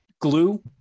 glue